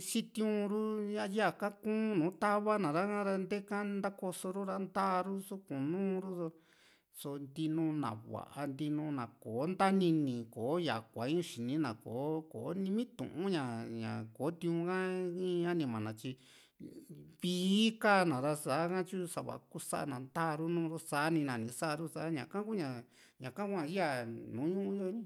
sitiuru yaa kakun nùù tava na ra´ka ra ika ntakoso ru ra ntaa ru sukun nu ru so ntinu na va´a nitinu na kò´o ntaanini kò´o yakua in xini na kò´o kò´o ni miitu´n ña ña kò´o tiu´n ha in anima na tyi vii kaa´na ra sa´ha tyo savaa kusana ntaa ru nuu´ru sa´ni na ni sa´ru taña ka ku´ña ñaka hua íya nùù ñuu yo ni